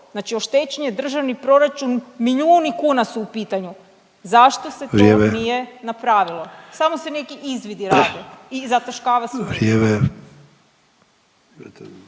Znači oštećen je državni proračun, milijuni kuna su u pitanju. Zašto se to nije napravilo? …/Upadica Sanader: Vrijeme./…